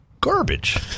garbage